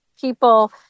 people—